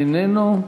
איננו.